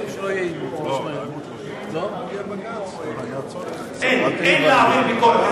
השאלה מה זו פגיעה, אין להעביר ביקורת.